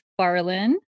Barlin